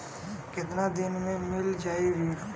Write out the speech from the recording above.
कितना दिन में मील जाई ऋण?